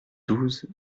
douze